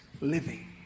living